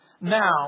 Now